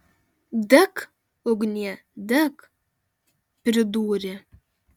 dek ugnie dek pridūrė